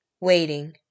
waiting